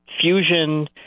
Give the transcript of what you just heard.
Fusion